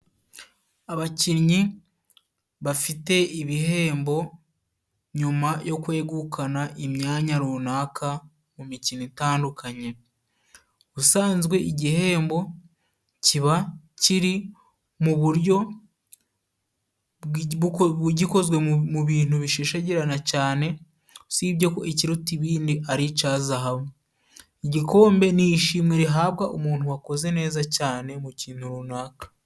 Abakinnyi bafite ibihembo nyuma yo kwegukana imyanya runaka mu mikino itandukanye, ubusanzwe igihembo kiba kiri mu buryo gikozwe mu bintu bishishagirana cane usibye ko ikiruta ibindi ari ica Zahabu. Igikombe ni ishimwe rihabwa umuntu wakoze neza cane mu kintu runaka.